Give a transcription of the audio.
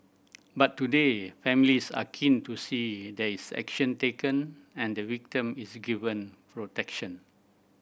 but today families are keen to see there is action taken and the victim is given protection